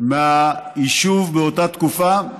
מהיישוב באותה תקופה.